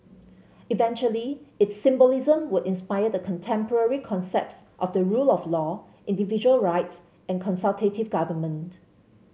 eventually its symbolism would inspire the contemporary concepts of the rule of law individual rights and consultative government